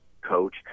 coach